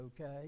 okay